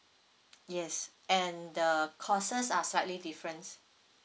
yes and the courses are slightly different